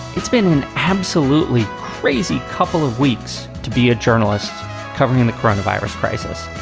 it's been an absolutely crazy couple of weeks to be a journalist covering the coronavirus crisis.